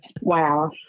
Wow